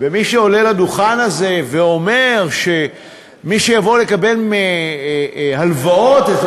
ומי שעולה לדוכן הזה ואומר שמי שיבואו לקבל הלוואות הם